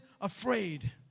afraid